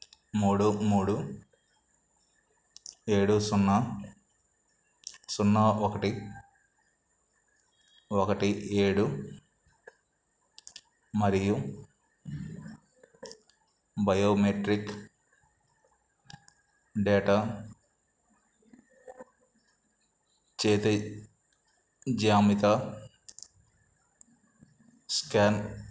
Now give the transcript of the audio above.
మూడు మూడు ఏడు సున్నా సున్నా ఒకటి ఒకటి ఏడు మరియు బయోమెట్రిక్ డేటా చేతి జ్యామిత స్కాన్